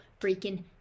freaking